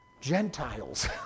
Gentiles